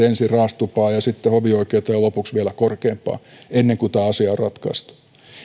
ensin raastupaan ja sitten hovioikeuteen ja lopuksi vielä korkeimpaan ennen kuin tämä asia on ratkaistu